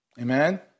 Amen